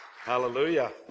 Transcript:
Hallelujah